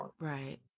Right